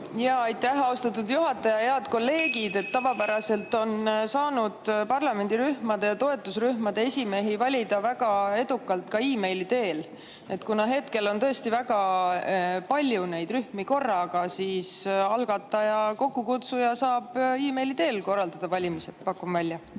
Aitäh, austatud juhataja! Head kolleegid! Tavapäraselt on saanud parlamendirühmade ja toetusrühmade esimehi valida väga edukalt ka meili teel. Kuna on tõesti väga palju neid [koosolekuid] korraga, siis algataja, kokkukutsuja saab meili teel korraldada valimised, pakun ma välja.